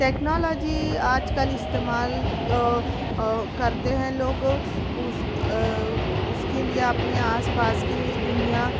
technology آج کل استعمال کرتے ہیں لوگ اس اس کے لیے اپنے آس پاس کی دنیا